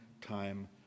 time